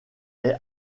est